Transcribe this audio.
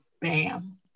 bam